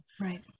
Right